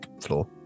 floor